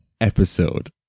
episode